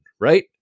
right